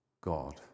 God